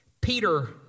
Peter